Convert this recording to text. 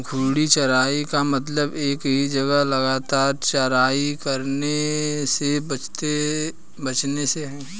घूर्णी चराई का मतलब एक ही जगह लगातार चराई करने से बचने से है